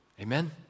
Amen